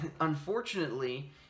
unfortunately